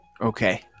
Okay